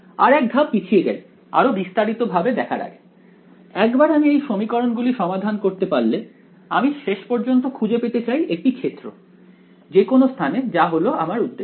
আর এক ধাপ পিছিয়ে যাই আরো বিস্তারিত ভাবে দেখার আগে একবার আমি এই সমীকরণ গুলি সমাধান করতে পারলে আমি শেষ পর্যন্ত খুঁজে পেতে চাই একটি ক্ষেত্র যে কোনো স্থানে যা হল আমার উদ্দেশ্য